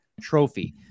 Trophy